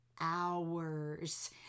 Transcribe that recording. hours